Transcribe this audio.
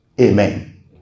Amen